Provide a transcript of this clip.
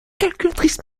calculatrice